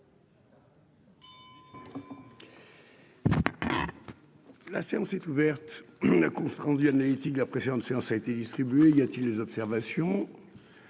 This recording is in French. La séance est ouverte. Le compte rendu analytique de la précédente séance a été distribué. Il n'y a pas d'observation ?